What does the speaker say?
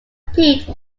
pete